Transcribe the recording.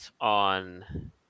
on